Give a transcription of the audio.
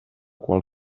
qual